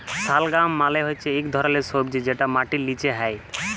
শালগাম মালে হচ্যে ইক ধরলের সবজি যেটা মাটির লিচে হ্যয়